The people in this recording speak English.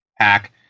Pack